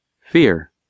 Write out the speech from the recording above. FEAR